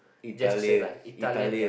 gesture like Italian ya